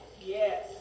yes